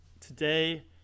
Today